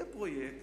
יהיה פרויקט